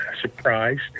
surprised